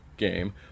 game